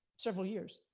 several years.